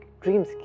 dreams